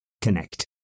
connect